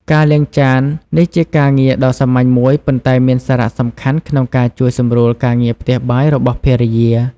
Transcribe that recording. ការលាងចាន នេះជាការងារដ៏សាមញ្ញមួយ ប៉ុន្តែមានសារៈសំខាន់ក្នុងការជួយសម្រួលការងារផ្ទះបាយរបស់ភរិយា។